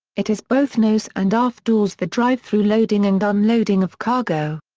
it has both nose and aft doors for drive-through loading and unloading of cargo.